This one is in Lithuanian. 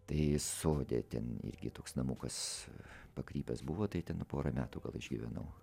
tai sode ten irgi toks namukas pakrypęs buvo tai ten porą metų gal išgyvenau